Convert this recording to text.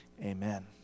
Amen